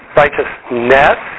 righteousness